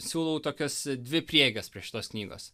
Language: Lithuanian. siūlau tokios a dvi prieigas prie šitos knygos